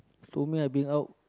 to me I bring out